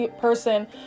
person